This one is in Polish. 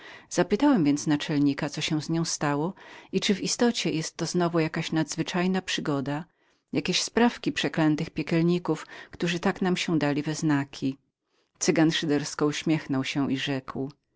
zapytałem więc naczelnika co się z nią stało i czyli w istocie była to znowu jaka nadzwyczajna przygoda jakie sprawki przeklętych piekielników którzy tak nam się dali we znaki cygan szydersko uśmiechnął się i rzekł